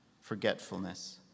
Forgetfulness